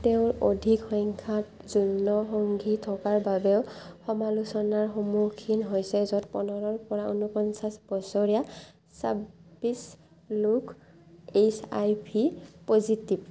তেওঁৰ অধিক সংখ্যাত যৌন সংগী থকাৰ বাবেও সমালোচনাৰ সন্মুখীন হৈছে য'ত পোন্ধৰৰ পৰা ঊনপঞ্চাছ বছৰীয়া ছাব্বিছ লোক এইচ আই ভি প'জিটিভ